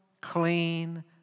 clean